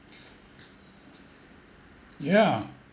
yeah